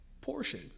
portion